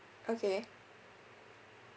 okay